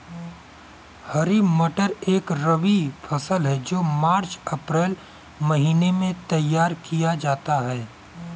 हरी मटर एक रबी फसल है जो मार्च अप्रैल महिने में तैयार किया जाता है